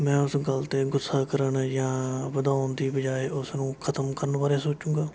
ਮੈਂ ਉਸ ਗੱਲ 'ਤੇ ਗੁੱਸਾ ਕਰਨ ਜਾਂ ਵਧਾਉਣ ਦੀ ਬਜਾਏ ਉਸਨੂੰ ਖ਼ਤਮ ਕਰਨ ਬਾਰੇ ਸੋਚੂੰਗਾ